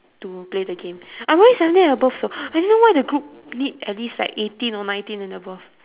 to play the game I don't know why seventeen and above though I don't know why the group need at least like eighteen or nineteen and above